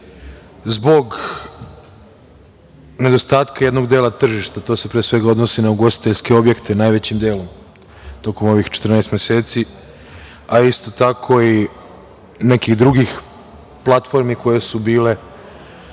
zbog nedostatka jednog dela tržišta, to se pre svega odnosi na ugostiteljske objekte najvećim delom tokom ovih 14 meseci, a isto tako i nekih drugih platformi koje su bile